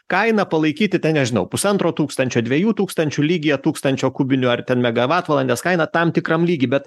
kaina palaikyti tai nežinau pusantro tūkstančio dviejų tūkstančių lygyje tūkstančio kubinių ar ten megavatvalandės kaina tam tikram lygy bet